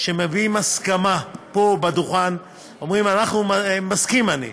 שמביעים הסכמה פה בדוכן, אומרים "מסכים אני",